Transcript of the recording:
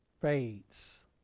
fades